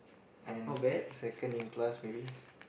and in se~ second in class maybe